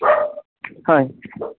হয়